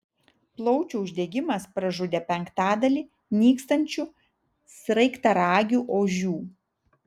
plaučių uždegimas pražudė penktadalį nykstančių sraigtaragių ožių